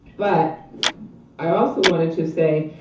but i also wanted to say,